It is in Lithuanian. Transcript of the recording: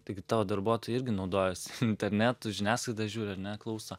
taigi tavo darbuotojai irgi naudojas internetu žiniasklaidą žiūri ar ne klauso